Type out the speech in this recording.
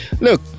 Look